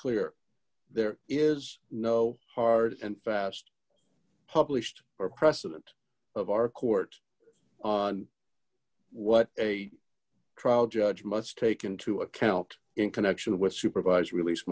clear there is no hard and fast published or precedent of our court d what a trial judge must take into account in connection with supervised release